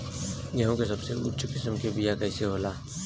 गेहूँ के सबसे उच्च किस्म के बीया कैसन होला?